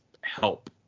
help